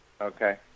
Okay